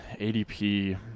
ADP